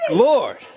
lord